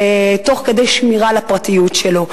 תוך שמירה על הפרטיות שלו.